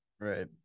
Right